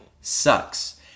sucks